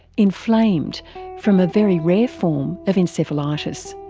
inflamed from a very rare form of encephalitis.